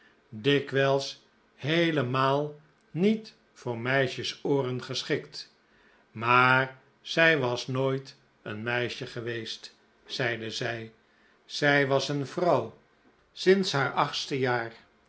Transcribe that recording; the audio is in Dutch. dikwijls heelemaal niet voor meisjesooren geschikt maar zij was nooit een meisje geweest zeide zij zij was een vrouw sinds haar achtste jaar